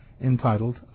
entitled